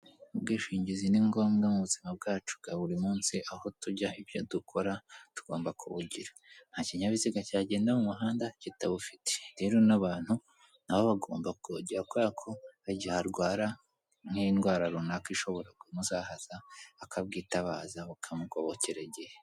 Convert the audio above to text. Ubwishingizi ni ngombwa mu buzima bwacu bwa buri munsi, aho tujya, ibyo dukora tugomba kubugira, ntakinyabiziga cyagenda mu muhanda kitabufite, rero n'abantu nabo bagomba kubera ko hari igihe arwara nk'indwara runaka ishobora kumuzahaza akabwitabaza bukamugobokera igihe.